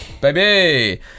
Baby